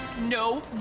No